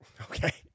Okay